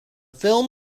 film